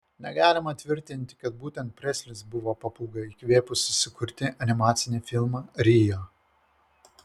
negalima tvirtinti kad būtent preslis buvo papūga įkvėpusi sukurti animacinį filmą rio